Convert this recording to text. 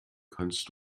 kannst